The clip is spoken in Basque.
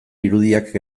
irudiak